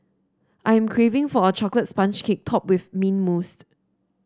I am craving for a chocolate sponge cake topped with mint mousse